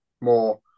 more